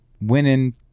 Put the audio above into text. winning